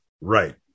Right